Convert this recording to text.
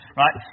right